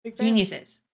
Geniuses